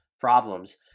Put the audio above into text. problems